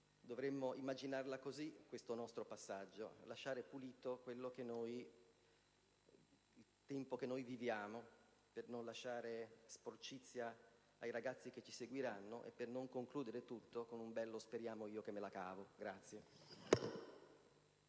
dovremmo immaginare così questo nostro passaggio: lasciare pulito il tempo che noi viviamo, per non lasciare sporcizia ai ragazzi che ci seguiranno e per non concludere tutto con un «io speriamo che me la cavo».